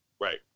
Right